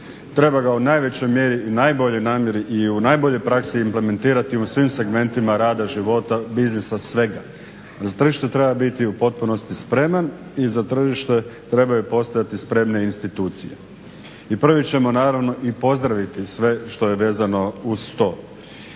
treba ga u najvećoj mjeri i najboljoj namjeri i u najboljoj praksi implementirati u svim segmentima rada, života, biznisa, svega. Za tržište treba biti u potpunosti spreman i za tržište trebaju postojati spremne institucije i prvi ćemo naravno i pozdraviti sve što je vezano uz to.